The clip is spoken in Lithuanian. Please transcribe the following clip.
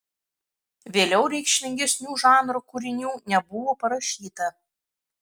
vėliau reikšmingesnių žanro kūrinių nebuvo parašyta